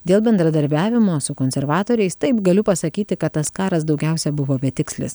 dėl bendradarbiavimo su konservatoriais taip galiu pasakyti kad tas karas daugiausia buvo betikslis